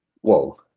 Whoa